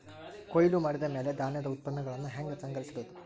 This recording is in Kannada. ಕೊಯ್ಲು ಮಾಡಿದ ಮ್ಯಾಲೆ ಧಾನ್ಯದ ಉತ್ಪನ್ನಗಳನ್ನ ಹ್ಯಾಂಗ್ ಸಂಗ್ರಹಿಸಿಡೋದು?